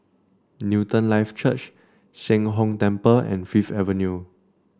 Newton Life Church Sheng Hong Temple and Fifth Avenue